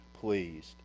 pleased